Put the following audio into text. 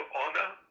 honor